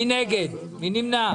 מי נגד, מי נמנע?